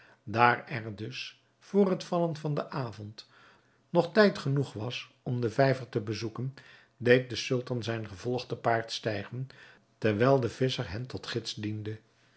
daar er dus vr het vallen van den avond nog tijd genoeg was om den vijver te bezoeken deed de sultan zijn gevolg te paard stijgen terwijl de visscher hen tot gids diende